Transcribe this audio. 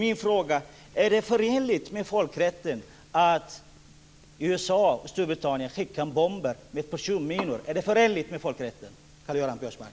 Min fråga är: Är det förenligt med folkrätten att USA och Storbritannien fäller bomber med personminor, Karl-Göran Biörsmark?